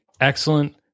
excellent